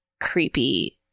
creepy